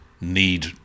need